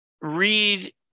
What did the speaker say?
read